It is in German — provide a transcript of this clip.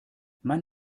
mein